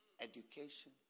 Education